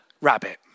rabbit